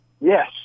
Yes